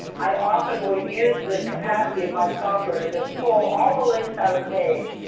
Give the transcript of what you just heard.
i often will use the capacity of my software to just pull all the links out of the page.